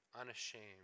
unashamed